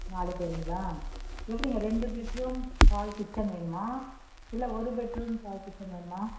நாலு பேருங்களா எப்படிங்க ரெண்டு பெட் ரூம் ஹால் கிச்சன் வேணுமா இல்லை ஒரு பெட் ரூம் ஹால் கிச்சன் வேணுமா